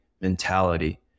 mentality